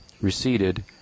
receded